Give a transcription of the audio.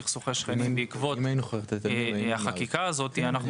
סכסוכי שכנים בעקבות החקיקה הזאת אנחנו